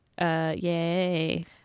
Yay